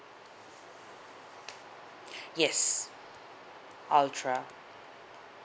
yes ultra